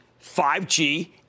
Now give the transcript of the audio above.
5G